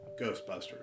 Ghostbusters